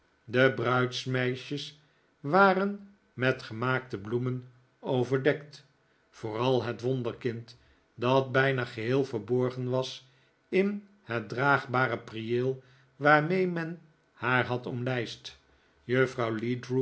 de bruidsmeisjes waren met gemaakte bloemen overdekt vooral het wonderkind dat bijna geheel verborgen was in het draagbare prieel waarmee men haar had omlijst juffrouw